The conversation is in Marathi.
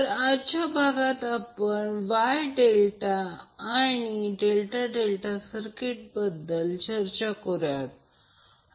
तर आजच्या भागात आपण Y ∆ आणि ∆∆ सर्किट बद्दल चर्चा करूया